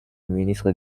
ministre